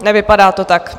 Nevypadá to tak.